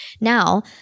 Now